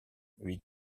huit